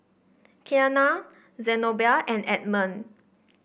Keanna Zenobia and Edmund